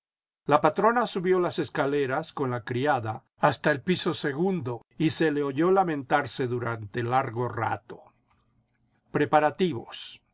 la patrona subió las escaleras con la criada hasta el piso segundo y se le oyó lamentarse durante largo rato preparativos